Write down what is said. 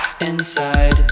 Inside